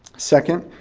second,